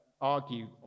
argue